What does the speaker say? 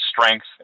strength